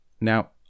now